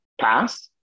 pass